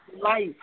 life